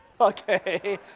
Okay